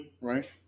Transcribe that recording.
Right